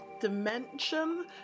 dimension